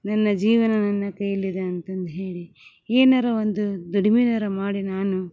ನನ್ನ ಜೀವನ ನನ್ನ ಕೈಯಲ್ಲಿದೆ ಅಂತಂದು ಹೇಳಿ ಏನಾರ ಒಂದು ದುಡಿಮೆನಾರ ಮಾಡಿ ನಾನು